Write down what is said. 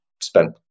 spent